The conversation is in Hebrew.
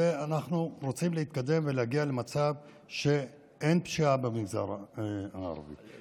ואנחנו רוצים להתקדם ולהגיע למצב שאין פשיעה במגזר הערבי,